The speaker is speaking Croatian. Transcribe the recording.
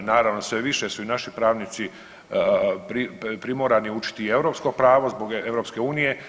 Naravno, sve više su i naši pravnici primorani učiti i europsko pravo zbog EU.